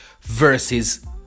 versus